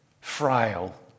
frail